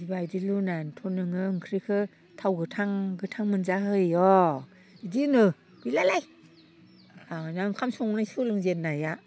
बिबायदि लुनानैनोथ' नोङो ओंख्रिखो थाव गोथां गोथां मोनजाहोय' इदि होनो गैलालै आंनिया ओंखाम संनो सोलोंजेननाया